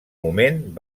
moment